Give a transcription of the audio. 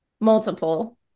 multiple